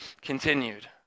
continued